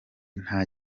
nta